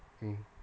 mm